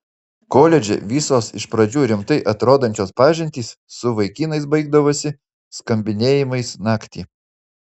koledže visos iš pradžių rimtai atrodančios pažintys su vaikinais baigdavosi skambinėjimais naktį